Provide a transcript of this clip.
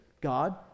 God